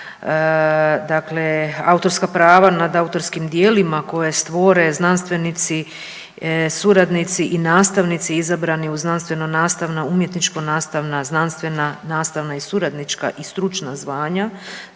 dakle autorska prava nad autorskim djelima koja stvore znanstvenici, suradnici i nastavnici izabrani u znanstveno-nastavna, umjetničko-nastavna, znanstvena, nastavna, suradnička i stručna zvanja,